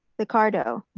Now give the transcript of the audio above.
liccardo,